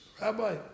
Rabbi